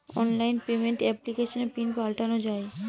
online payment এপ্লিকেশনে pin পাল্টানো যায়